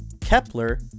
Kepler